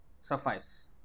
suffice